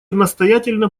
настоятельно